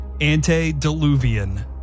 Antediluvian